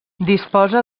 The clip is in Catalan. disposa